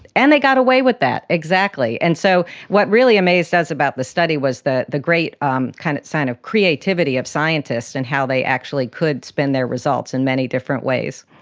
and they got away with that, exactly. and so what really amazed us about the study was that the great um kind of sign of creativity of scientists and how they actually could spin their results in many different ways.